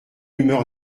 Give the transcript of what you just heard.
humeur